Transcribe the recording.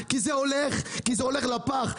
כי זה הולך לפח.